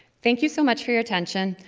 thank you so much for your attention,